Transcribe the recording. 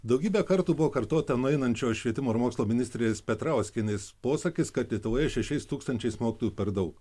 daugybę kartų buvo kartota nueinančio švietimo ir mokslo ministrės petrauskienės posakis kad lietuvoje šešiais tūkstančiais mokytojų per daug